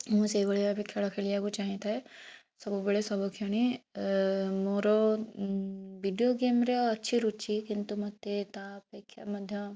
ମୁଁ ସେଇ ଭଳି ଭାବରେ ଖେଳ ଖେଳିବାକୁ ଚାହିଁଥାଏ ସବୁବେଳେ ସବୁ କ୍ଷଣି ଅ ମୋର ଭିଡ଼ିଓ ଗେମରେ ଅଛି ରୁଚି କିନ୍ତୁ ମୋତେ ତା ଅପେକ୍ଷା ମଧ୍ୟ